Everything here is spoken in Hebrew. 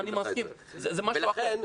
אני מסכים, זה משהו אחר.